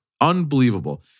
Unbelievable